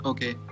Okay